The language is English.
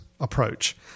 approach